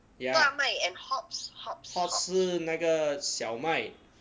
ya hops 是那个小麦